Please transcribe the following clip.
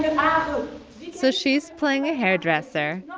ah um so she's playing a hairdresser,